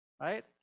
right